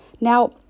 Now